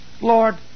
Lord